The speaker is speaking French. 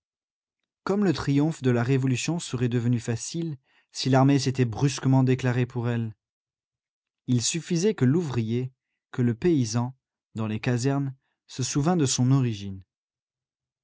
comme le triomphe de la révolution serait devenu facile si l'armée s'était brusquement déclarée pour elle il suffisait que l'ouvrier que le paysan dans les casernes se souvînt de son origine